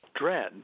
dread